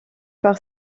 par